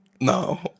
No